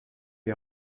est